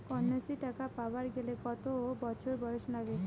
কন্যাশ্রী টাকা পাবার গেলে কতো বছর বয়স লাগে?